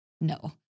no